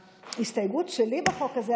ההסתייגות שלי בחוק הזה,